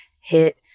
hit